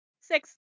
Six